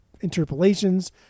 interpolations